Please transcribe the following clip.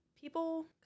People